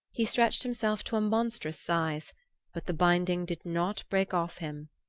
he stretched himself to a monstrous size but the binding did not break off him.